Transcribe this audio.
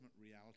reality